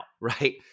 right